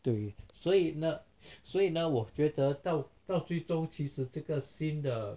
对所以呢所以呢我觉得到到最终呢其实是这个新的